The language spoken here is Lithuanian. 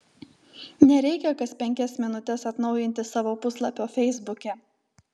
nereikia kas penkias minutes atnaujinti savo puslapio feisbuke